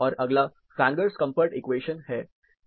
और अगला Fanger's comfort equation Fanger's comfort equation है